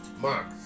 Mark